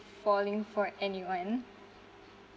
falling for anyone